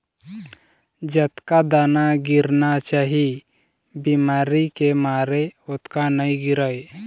जतका दाना गिरना चाही बिमारी के मारे ओतका नइ गिरय